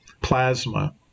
plasma